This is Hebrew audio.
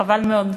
חבל מאוד.